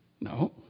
No